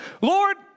Lord